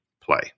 play